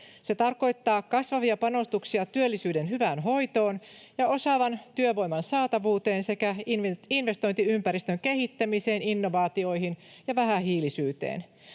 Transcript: Se tarkoittaa kasvavia panostuksia työllisyyden hyvään hoitoon ja osaavan työvoiman saatavuuteen sekä investointiympäristön kehittämiseen, innovaatioihin ja vähähiilisyyteen.